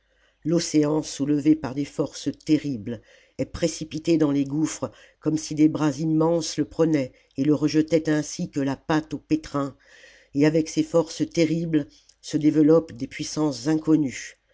l'océan soulevé par des forces terribles est précipité dans les gouffres comme si des bras immenses le prenaient et le rejetaient ainsi que la pâte au pétrin et avec ces forces terribles se développent des puissances inconnues